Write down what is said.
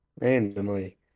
Randomly